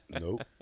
Nope